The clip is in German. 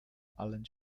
allen